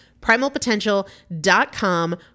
Primalpotential.com